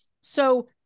So-